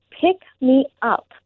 pick-me-up